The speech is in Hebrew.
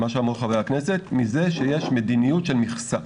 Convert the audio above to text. מה שאמרו חברי הכנסת, מזה שיש מדיניות של מכסה.